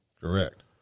Correct